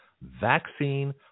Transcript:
vaccine